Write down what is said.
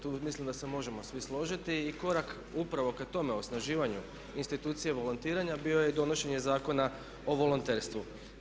Tu mislim da se možemo svi složiti i korak upravo ka tome osnaživanju institucije volontiranja bilo je donošenje Zakona o volonterstvu.